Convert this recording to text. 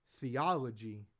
Theology